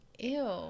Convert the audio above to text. Ew